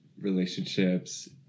relationships